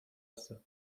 هستند